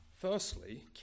firstly